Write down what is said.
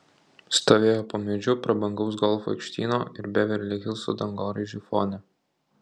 stovėjo po medžiu prabangaus golfo aikštyno ir beverli hilso dangoraižių fone